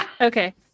Okay